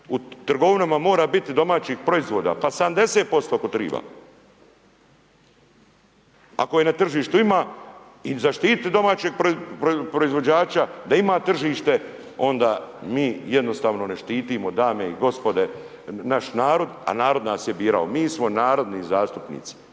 u trgovinama mora biti domaćih proizvoda, pa 70% ako treba, ako je na tržištu ima i zaštiti domaćeg proizvođača, da ima tržište, onda mi jednostavno ne štitimo, dame i gospode, naš narod, a narod nas je birao, mi smo narodni zastupnici.